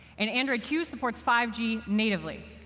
and android q supports five g natively.